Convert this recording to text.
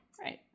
right